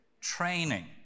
Training